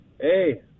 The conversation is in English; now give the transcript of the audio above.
Hey